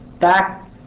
back